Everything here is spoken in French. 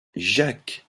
jacques